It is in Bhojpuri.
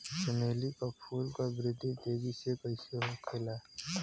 चमेली क फूल क वृद्धि तेजी से कईसे होखेला?